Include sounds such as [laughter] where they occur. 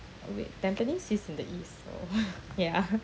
wait tampines is in the east so [noise] ya